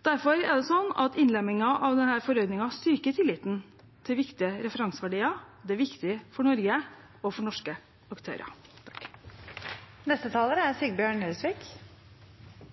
Derfor er det sånn at innlemmingen av denne forordningen styrker tilliten til viktige referanseverdier. Det er viktig for Norge og for norske aktører. Jeg merket meg at saksordføreren sa at denne saken ikke er